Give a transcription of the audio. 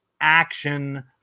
action